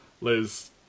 Liz